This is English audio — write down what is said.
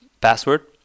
password